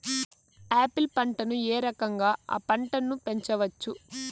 Apple పంటను ఏ రకంగా అ పంట ను పెంచవచ్చు?